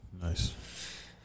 Nice